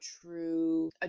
true